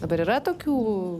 dabar yra tokių